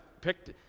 picked